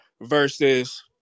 versus